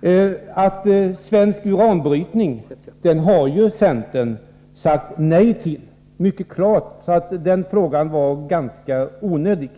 Centern har sagt mycket klart nej till svensk uranbrytning, så den frågan var ganska onödig.